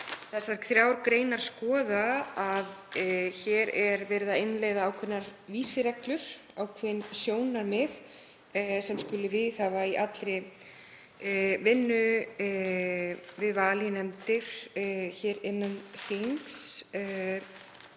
þessar þrjár greinar skoða að verið er að innleiða ákveðnar vísireglur, ákveðin sjónarmið sem skuli viðhafa í allri vinnu við val í nefndir innan þingsins